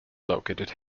located